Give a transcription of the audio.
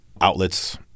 outlets